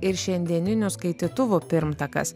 ir šiandieninių skaitytuvų pirmtakas